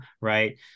right